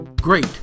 great